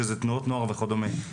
שזה תנועות נוער וכדומה,